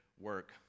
work